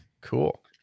cool